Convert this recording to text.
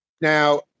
Now